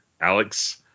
Alex